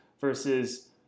versus